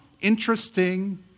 interesting